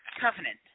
Covenant